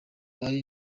ari